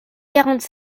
quarante